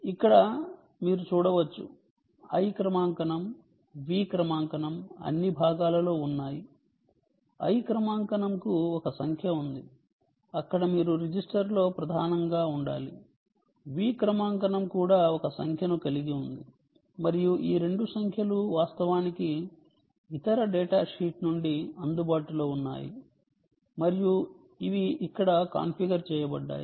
మీరు ఇక్కడ చూడవచ్చు i క్రమాంకనం v క్రమాంకనం అన్ని భాగాలలో ఉన్నాయి i క్రమాంకనంకు ఒక సంఖ్య ఉంది అక్కడ మీరు రిజిస్టర్లో ప్రధానంగా ఉండాలి v క్రమాంకనం కూడా ఒక సంఖ్యను కలిగి ఉంది మరియు ఈ రెండు సంఖ్యలు వాస్తవానికి ఇతర డేటాషీట్ నుండి అందుబాటులో ఉన్నాయి మరియు ఇవి ఇక్కడ కాన్ఫిగర్ చేయబడ్డాయి